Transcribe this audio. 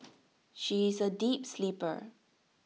she is A deep sleeper